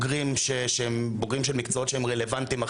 שהם בוגרים של מקצועות שהם רלוונטיים,